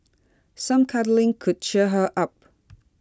some cuddling could cheer her up